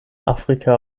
afrika